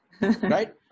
Right